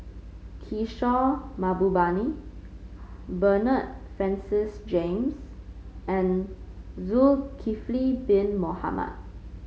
Kishore Mahbubani Bernard Francis James and Zulkifli Bin Mohamed